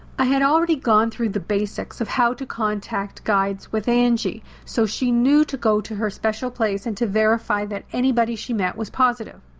i had already gone through the basics of how to contact guides with angie, so she knew to go to her special place and to verify that anybody she met was positive.